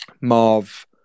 Marv